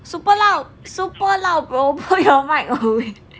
super loud super loud bro put your mic away